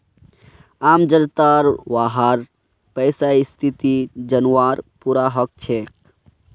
आम जनताक वहार पैसार स्थिति जनवार पूरा हक छेक